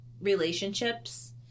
relationships